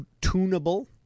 tunable